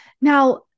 Now